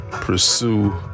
Pursue